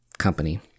company